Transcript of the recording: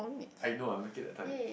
I know I'm looking the time